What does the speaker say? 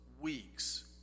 weeks